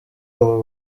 ubu